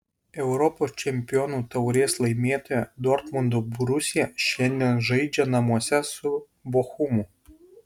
europos čempionų taurės laimėtoja dortmundo borusija šiandien žaidžia namuose su bochumu